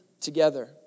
together